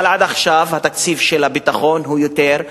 אבל עד עכשיו התקציב של הביטחון הוא גדול יותר,